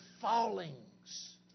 fallings